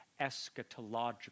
eschatological